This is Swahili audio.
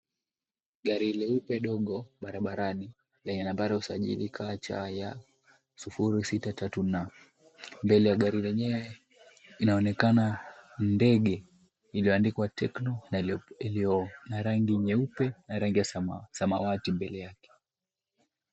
Gari leupe dogo, barabarani yenye nambari ya usajili KTY 063N. Mbele ya gari inaonekana ndege iliyoandikwa Tecno iliyo na rangi nyeupe na rangi ya samawati mbele yake.